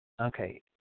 okay